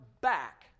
back